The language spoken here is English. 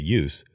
use